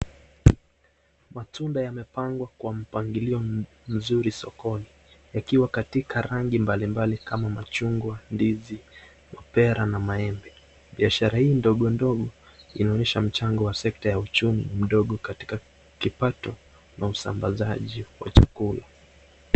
Matunda yamepangwa kwa mpangilio mzuri sokoni. Yakiwa katika rangi mbalimbali kama machungwa, ndizi ,mapera na maembe. Biashara hii ndogo ndogo inaonyesha mchango ya sekta ya uchumi mdogo katika kipato na usambazaji wa chakula.